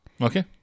Okay